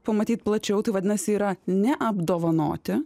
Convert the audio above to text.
pamatyt plačiau tai vadinasi yra ne apdovanoti